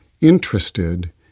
interested